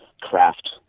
craft